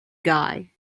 guy